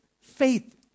Faith